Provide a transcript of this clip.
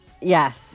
yes